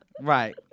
Right